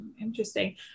Interesting